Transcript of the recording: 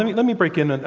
and let me break in, and